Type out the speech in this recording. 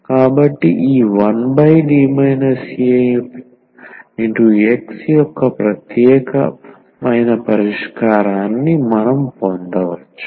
కాబట్టి ఈ 1D aX యొక్క ఈ ప్రత్యేక పరిష్కారాన్ని మనం పొందవచ్చు